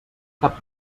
cap